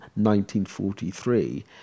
1943